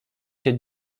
się